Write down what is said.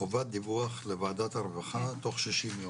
חובת דיווח לוועדת הרווחה תוך 60 יום.